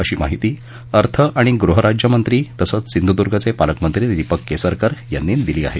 अशी माहिती अर्थ आणि गृह राज्यमंत्री तसंच सिंधुदर्गचे पालकमंत्री दीपक केसरकर यांनी दिली आहे